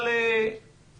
אנחנו